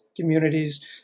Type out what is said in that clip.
communities